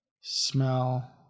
smell